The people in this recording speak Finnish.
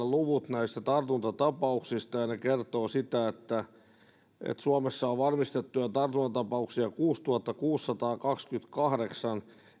luvut näistä tartuntatapauksista kertovat että suomessa on varmistettuja tartuntatapauksia kuusituhattakuusisataakaksikymmentäkahdeksan